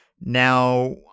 Now